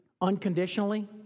unconditionally